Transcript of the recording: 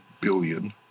billion